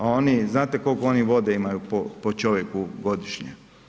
Oni, znate koliko oni vode imaju po čovjeku godišnje?